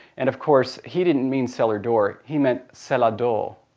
and of course he didn't mean cellar door, he meant, cellar door.